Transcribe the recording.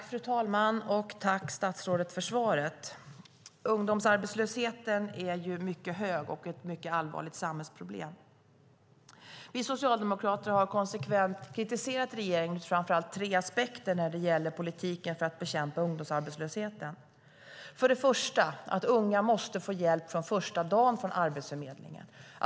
Fru talman! Jag tackar statsrådet för svaret. Ungdomsarbetslösheten är mycket hög och ett mycket allvarligt samhällsproblem. Vi socialdemokrater har konsekvent kritiserat regeringen ur framför allt tre aspekter när det gäller politiken för att bekämpa ungdomsarbetslösheten. För det första måste unga få hjälp från Arbetsförmedlingen från första dagen.